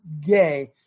gay